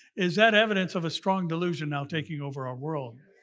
is that evidence of a strong delusion now taking over our world?